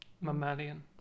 mammalian